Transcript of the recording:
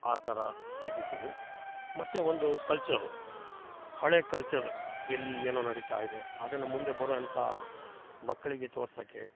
ಆ ಥರ ತೆಗಿತೀನಿ ಮತ್ತು ಒಂದು ಕಲ್ಚರ್ರು ಹಳೇ ಕಲ್ಚರ್ ಇಲ್ಲಿ ಏನೋ ನಡಿತಾ ಇದೆ ಅದನ್ನ ಮುಂದೆ ಬರೋವಂಥ ಮಕ್ಕಳಿಗೆ ತೋರ್ಸಕ್ಕೆ